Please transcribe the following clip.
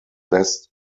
best